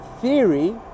theory